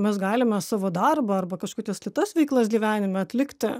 mes galime savo darbą arba kažkokias kitas veiklas gyvenime atlikti